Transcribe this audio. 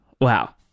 Wow